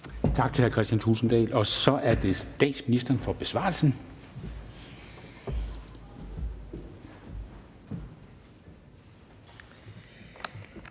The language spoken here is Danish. Tak til hr. Kristian Thulesen Dahl. Og så er det statsministeren for besvarelse.